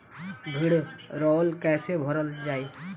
भीडरौल कैसे भरल जाइ?